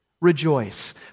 rejoice